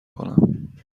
کنم